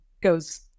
goes